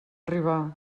arribar